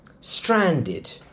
stranded